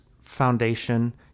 Foundation